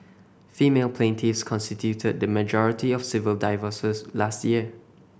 female plaintiffs constituted the majority of civil divorces last year